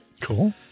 cool